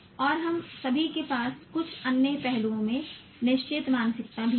और हम सभी के पास कुछ अन्य पहलुओं में निश्चित मानसिकता भी है